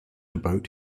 about